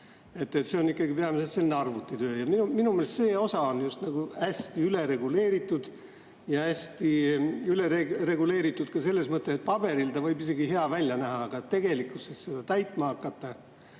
ikkagi selline arvutitöö. Minu meelest on see osa hästi ülereguleeritud. Hästi ülereguleeritud ka selles mõttes, et paberil see võib isegi hea välja näha, aga tegelikkuses seda täitma ei hakata.